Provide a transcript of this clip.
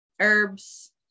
herbs